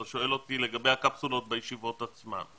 אתה שואל אותי לגבי הקפסולות בישיבות עצמן.